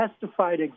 testified